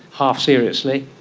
half seriously,